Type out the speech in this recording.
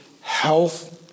health